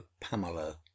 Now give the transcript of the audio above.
Pamela